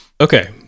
okay